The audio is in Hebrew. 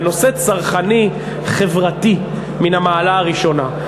בנושא צרכני-חברתי מן המעלה הראשונה.